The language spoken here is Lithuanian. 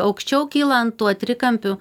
aukščiau kylant tuo trikampiu